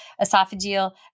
esophageal